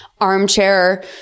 armchair